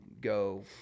go